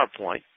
PowerPoint